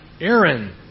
Aaron